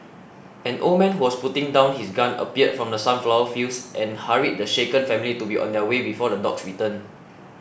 an old man who was putting down his gun appeared from the sunflower fields and hurried the shaken family to be on their way before the dogs return